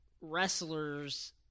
wrestlers